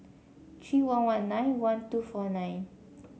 three one one nine one two four nine